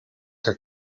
que